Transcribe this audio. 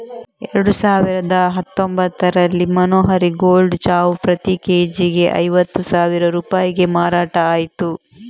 ಎರಡು ಸಾವಿರದ ಹತ್ತೊಂಭತ್ತರಲ್ಲಿ ಮನೋಹರಿ ಗೋಲ್ಡ್ ಚಾವು ಪ್ರತಿ ಕೆ.ಜಿಗೆ ಐವತ್ತು ಸಾವಿರ ರೂಪಾಯಿಗೆ ಮಾರಾಟ ಆಯ್ತು